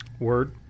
Word